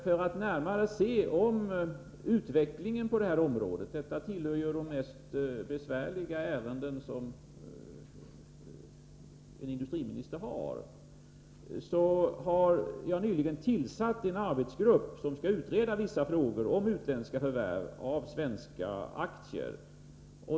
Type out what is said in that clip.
För att närmare se på utvecklingen på detta område — detta tillhör ju de mest besvärliga ärenden som en industriminister har — har jag nyligen tillsatt en arbetsgrupp som skall utreda vissa frågor om utländska förvärv av svenska aktier.